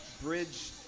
bridge